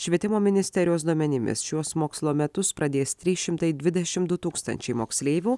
švietimo ministerijos duomenimis šiuos mokslo metus pradės trys šimtai dvidešim du tūkstančiai moksleivių